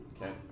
Okay